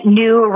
new